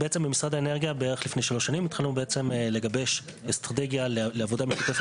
לפני שלוש שנים התחלנו לגבש אסטרטגיה לעבודה משותפת